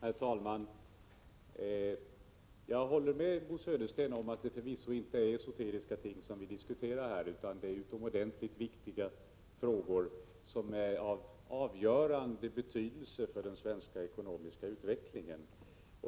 Herr talman! Jag håller med Bo Södersten om att det förvisso inte är esoteriska ting som vi diskuterar här, utan utomordentligt viktiga frågor som är av avgörande betydelse för den svenska ekonomiska utvecklingen.